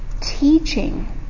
teaching